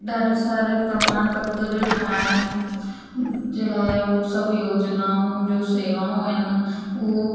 ॾाढी सारी प्रमाण पत्र ठाहिण जे लाइ उहो सभु योजिनाउनि जो सेवाऊं आहिनि उहो